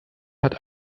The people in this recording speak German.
hat